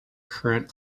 current